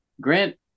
Grant